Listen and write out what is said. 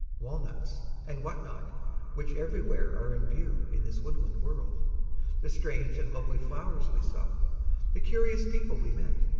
walnuts, and what not which everywhere are in view in this woodland world the strange and lovely flowers we saw the curious people we met,